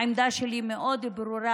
העמדה שלי מאוד ברורה.